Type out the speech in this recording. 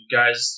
guys